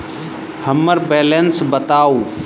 हम्मर बैलेंस बताऊ